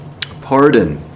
pardon